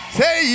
say